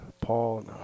Paul